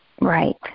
Right